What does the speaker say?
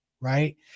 right